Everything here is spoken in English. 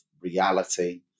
reality